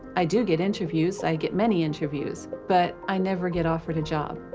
i do get interviews i get many interviews but i never get offered a job.